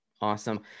Awesome